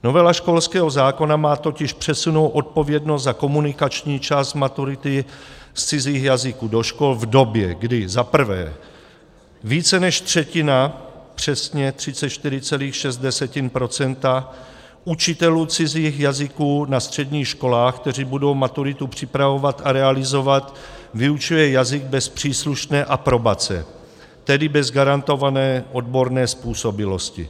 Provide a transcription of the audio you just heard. Novela školského zákona má totiž přesunout odpovědnost za komunikační část maturity z cizích jazyků do škol v době, kdy za prvé více než třetina, přesně 34,6 %, učitelů cizích jazyků na středních školách, kteří budou maturitu připravovat a realizovat, vyučuje jazyk bez příslušné aprobace, tedy bez garantované odborné způsobilosti.